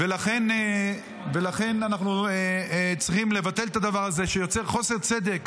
ולכן אנחנו צריכים לבטל את הדבר הזה שיוצר חוסר צדק